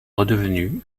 redevenu